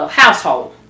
household